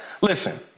Listen